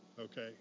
Okay